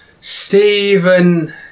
Stephen